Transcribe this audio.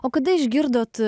o kada išgirdot